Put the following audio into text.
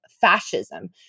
fascism